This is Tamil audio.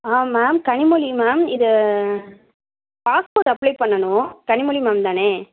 ஆ மேம் கனிமொழி மேம் இது பாஸ்போர்ட் அப்ளை பண்ணணும் கனிமொழி மேம் தானே